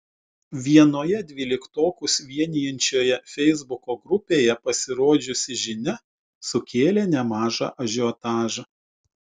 vienoje dvyliktokus vienijančioje feisbuko grupėje pasirodžiusi žinia sukėlė nemažą ažiotažą